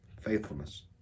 faithfulness